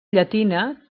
llatina